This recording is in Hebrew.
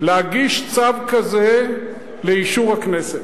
להגיש צו כזה לאישור הכנסת?